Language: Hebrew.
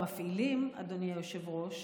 במפעילים, אדוני היושב-ראש,